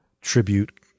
tribute